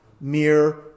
mere